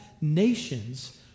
nations